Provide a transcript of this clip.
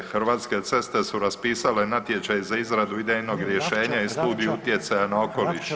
Hrvatske ceste su raspisale natječaj za izradu idejnog rješenja i studiju utjecaja na okoliš.